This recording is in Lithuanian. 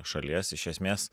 šalies iš esmės